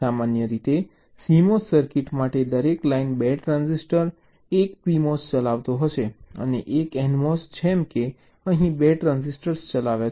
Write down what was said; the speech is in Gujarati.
સામાન્ય રીતે CMOS સર્કિટ માટે દરેક લાઇન 2 ટ્રાન્ઝિસ્ટર 1 PMOS ચલાવતો હશે અને 1 NMOS જેમ કે અહીં 2 ટ્રાન્ઝિસ્ટર ચલાવે છે